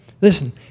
Listen